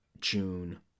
June